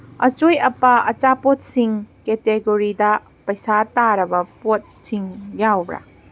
ꯑꯆꯣꯏ ꯑꯄꯥ ꯑꯆꯥꯄꯣꯠꯁꯤꯡ ꯀꯦꯇꯦꯒꯣꯔꯤꯗ ꯄꯩꯁꯥ ꯇꯥꯔꯕ ꯄꯣꯠꯁꯤꯡ ꯌꯥꯎꯕ꯭ꯔ